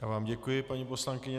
Já vám děkuji, paní poslankyně.